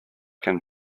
can